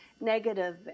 negative